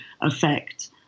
affect